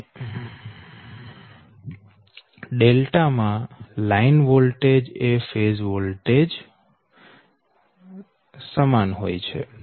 અને ડેલ્ટા માં line voltage એ ફેઝ વોલ્ટેજ સમાન હોય છે